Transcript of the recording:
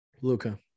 Luca